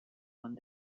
one